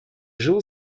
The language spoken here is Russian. жил